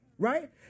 right